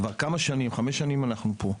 כבר חמש שנים אנחנו פה,